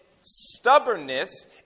stubbornness